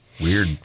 weird